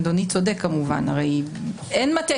אדוני צודק כמובן, אין מטה